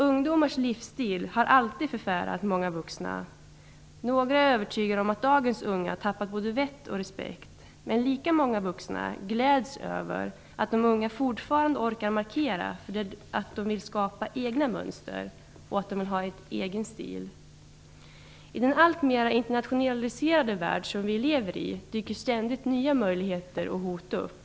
Ungdomars livsstil har alltid besvärat många vuxna. Några är övertygade om att dagens unga tappat både vett och respekt, men lika många vuxna gläds över att de unga fortfarande orkar markera att de vill skapa egna mönster och att de har en egen stil. I den alltmer internationaliserade värld som vi lever i dyker ständigt nya möjligheter och hot upp.